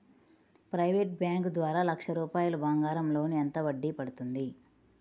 Private bank ద్వారా లక్ష రూపాయలు బంగారం లోన్ ఎంత వడ్డీ పడుతుంది?